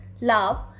love